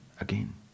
again